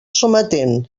sometent